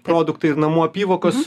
produktai ir namų apyvokos